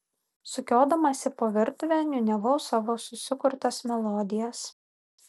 sukiodamasi po virtuvę niūniavau savo susikurtas melodijas